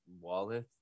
wallet